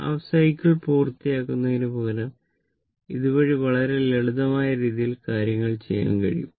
half cycle പൂർത്തിയാക്കുന്നതിനു പകരം ഇത് വഴി വളരെ ലളിതമായ രീതിയിൽ കാര്യങ്ങൾ ചെയ്യാൻ കഴിയും